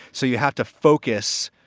so you have to focus.